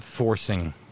Forcing